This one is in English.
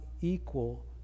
equal